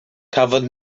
cafodd